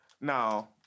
Now